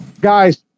Guys